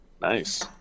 Nice